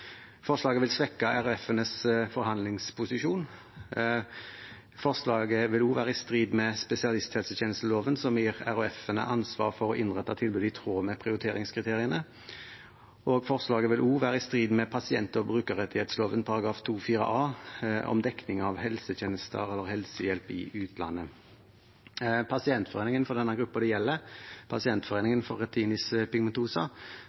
forslaget vil svekke de regionale helseforetakenes forhandlingsposisjon […] forslaget vil være i strid spesialisthelsetjenesteloven § 2-1 a om de regionale helseforetakenes ansvar for å innrette sitt tjenestetilbud i tråd med prioriteringskriteriene forslaget vil være i strid med pasient- og brukerrettighetsloven § 2-4 a om dekning av utgifter til helsehjelp i utlandet» Pasientforeningen for den gruppen det gjelder, Retinitis Pigmentosa